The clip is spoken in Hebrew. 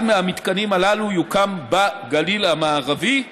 אחד מהמתקנים הללו יוקם בגליל המערבי,